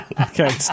Okay